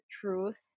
truth